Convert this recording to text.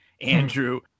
Andrew